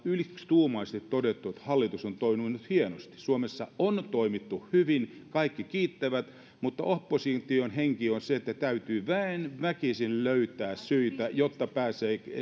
yksituumaisesti todettu että hallitus on toiminut hienosti suomessa on toimittu hyvin kaikki kiittävät mutta opposition henki on se että täytyy väen väkisin löytää syitä jotta